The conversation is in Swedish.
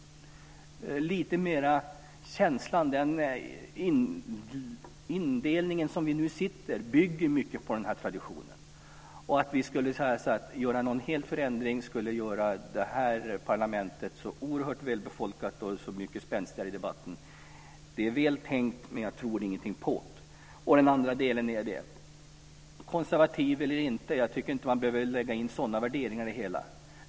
Den indelning som vi nu sitter efter bygger mycket på den traditionen. Att det skulle göra det här parlamentet så oerhört välbefolkat och så mycket spänstigare i debatten om vi skulle göra någon total förändring är bra tänkt, men jag tror inte på det. Konservativ eller inte. Jag tycker inte att man behöver lägga in sådana värderingar i det hela.